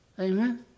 Amen